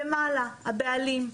למעלה, הבעלים.